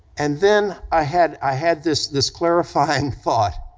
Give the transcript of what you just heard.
and then i had i had this this clarifying thought,